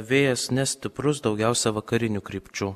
vėjas nestiprus daugiausia vakarinių krypčių